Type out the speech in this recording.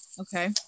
okay